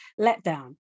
letdown